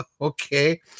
okay